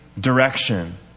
direction